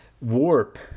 warp